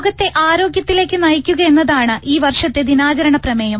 ലോകത്തെ ആരോഗ്യത്തിലേക്ക് നയിക്കുകയെന്നതാണ് ഈ വർഷത്തെ ദിനാചരണ പ്രമേയം